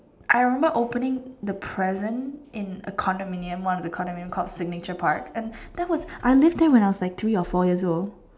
I remember opening the present in a condominium what was the condominium called signature park and that I lived there when I was like three or four years old